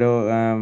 ഒരു